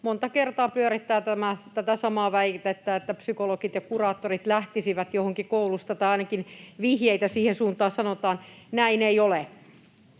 monta kertaa pyörittää tätä samaa väitettä, että psykologit ja kuraattorit lähtisivät johonkin kouluista — tai ainakin vihjeitä siihen suuntaan sanotaan — että näin ei ole.